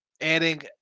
adding